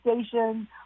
station